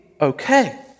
okay